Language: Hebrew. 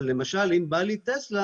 אבל למשל אם באה לי טסלה,